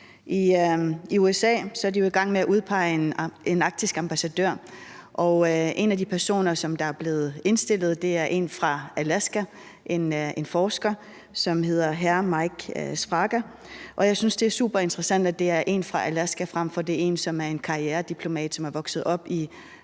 I USA er de i gang med at udpege en arktisk ambassadør, og en af de personer, der er blevet indstillet, er en fra Alaska, en forsker, som hedder dr. Mike Sfraga. Og jeg synes, det er superinteressant, at det er en fra Alaska, frem for at det er en karrierediplomat, som er vokset op i State